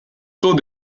sceaux